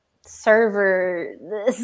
server